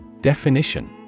Definition